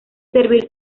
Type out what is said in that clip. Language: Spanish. servir